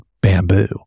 bamboo